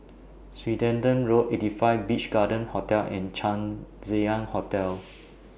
Swettenham Road eighty five Beach Garden Hotel and Chang Ziang Hotel